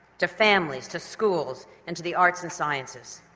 to families, to schools and to the arts and sciences.